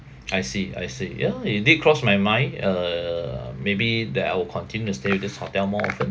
I see I see ya it did cross my mind uh maybe that I will continue to stay with this hotel more often